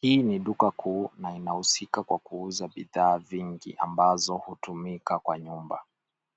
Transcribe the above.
Hii ni duka kuu na inahusika kwa kuuza bidhaa vingi ambazo hutumika kwa nyumba.